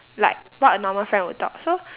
like what a normal friend would talk so